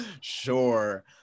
sure